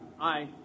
Aye